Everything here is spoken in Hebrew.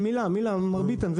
מילה, מר ביטן, זה